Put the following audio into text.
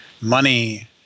money